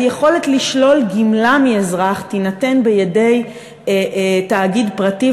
היכולת לשלול גמלה מאזרח תינתן בידי תאגיד פרטי,